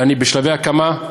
בשלבי הקמה,